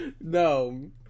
No